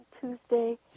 Tuesday